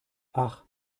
ach